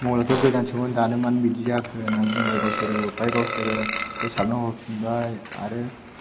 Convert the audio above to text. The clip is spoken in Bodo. मबाइलाथ' गोदानसोमोन दानो मानो बिदि जाखो होनानै बुंबाय गावसोरो आमफ्राय गावसोरो फोसाबनानै हरफिनबाय आरो